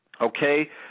okay